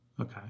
Okay